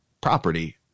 property